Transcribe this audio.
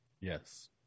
Yes